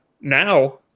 now